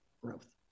growth